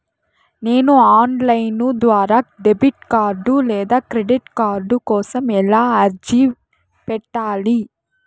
నేను online ద్వారా debit card లేదా క్రెడిట్ కార్డు కోసం ఎలా అర్జీ పెట్టాలి?